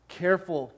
careful